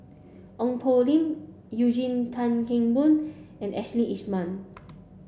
Ong Poh Lim Eugene Tan Kheng Boon and Ashley Isham